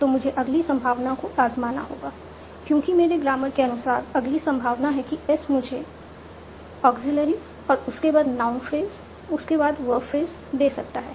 तो मुझे अगली संभावना को आज़माना होगा क्योंकि मेरे ग्रामर के अनुसार अगली संभावना है कि S मुझे ऑग्ज़ीलियरी उसके बाद नाउन फ्रेज उसके बाद वर्ब फ्रेज दे सकता है